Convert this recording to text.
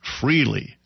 freely